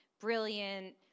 brilliant